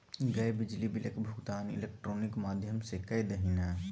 गै बिजली बिलक भुगतान इलेक्ट्रॉनिक माध्यम सँ कए दही ने